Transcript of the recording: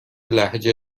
لهجه